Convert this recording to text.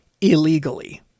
illegally